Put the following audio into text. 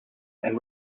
and